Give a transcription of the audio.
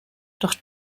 doch